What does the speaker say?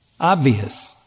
obvious